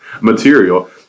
material